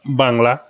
Bangla